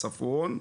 צפון.